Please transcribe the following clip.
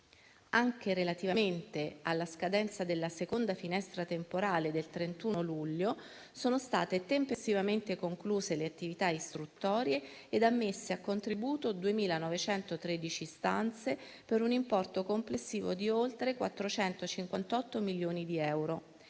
Anche relativamente alla scadenza della seconda finestra temporale del 31 luglio, sono state tempestivamente concluse le attività istruttorie e ammesse a contributo 2.913 istanze, per un importo complessivo di oltre 458 milioni di euro.